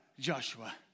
joshua